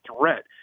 threat